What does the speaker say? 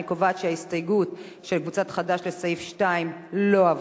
אני קובעת שההסתייגות של קבוצת חד"ש לסעיף 2 לא עברה.